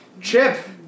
Chip